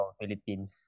Philippines